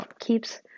keeps